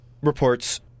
reports